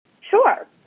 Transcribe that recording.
Sure